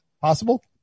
possible